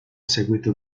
seguito